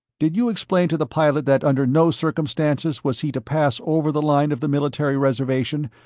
did you explain to the pilot that under no circumstances was he to pass over the line of the military reservation,